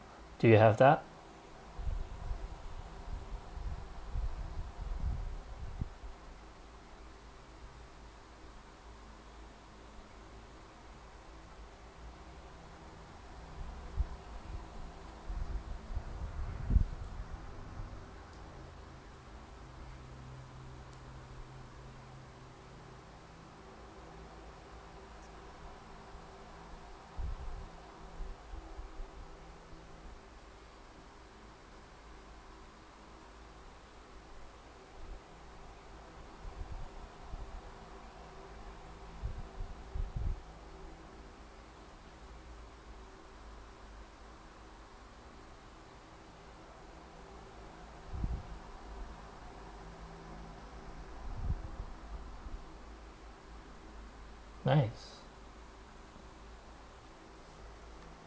do you have that nice